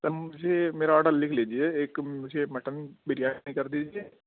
سر مجھے میرا آڈر لکھ لیجیے ایک مجھے مٹن بریانی کر دیجیے